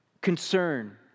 concern